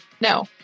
No